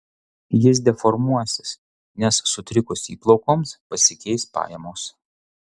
jis deformuosis nes sutrikus įplaukoms pasikeis pajamos